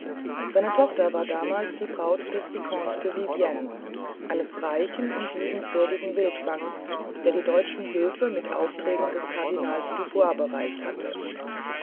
seine tochter war damals die braut des vicomte de vivienne eines reichen und liebenswürdigen wildfangs der die deutschen höfe mit aufträgen des kardinals dubois bereist hatte